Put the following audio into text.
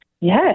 Yes